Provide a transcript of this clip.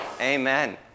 Amen